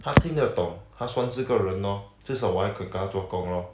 他听得懂他算是个人 lor 至少我还肯跟他做工 lor